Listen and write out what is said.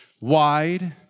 wide